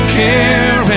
care